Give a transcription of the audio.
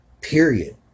period